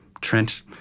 Trent